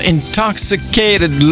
Intoxicated